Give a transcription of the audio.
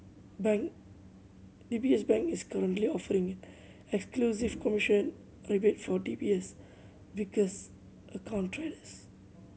bank D B S Bank is currently offering exclusive commission rebate for D B S Vickers account traders